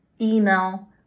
email